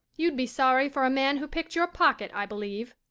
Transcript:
you'd be sorry for a man who picked your pocket, i believe.